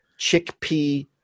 chickpea